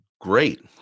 Great